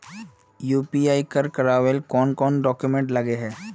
UPI कर करावेल कौन कौन डॉक्यूमेंट लगे है?